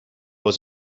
was